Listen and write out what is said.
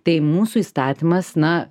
tai mūsų įstatymas na